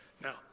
Now